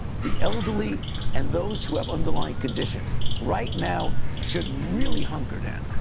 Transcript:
the elderly and those who have underlying conditions right now should really hunker down.